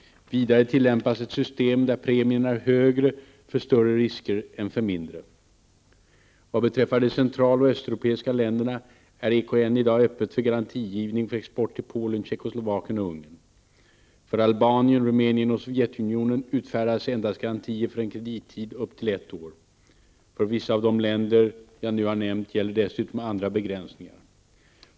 Vidare tillämpas ett system där premien är högre för större risker än för mindre. Vad beträffar de central och östeuropeiska länderna är EKN i dag öppen för garantigivning för export till Polen, Tjeckoslovakien och Ungern. För Albanien, Rumänien och Sovjetunionen utfärdas endast garantier för en kredittid på upp till ett år. För vissa av de länder jag nu har nämnt gäller dessutom andra begränsningar.